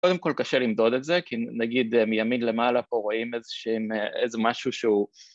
‫קודם כול קשה למדוד את זה, ‫כי נגיד מימין למעלה פה רואים איזשהם, איזה משהו שהוא...